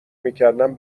میکردم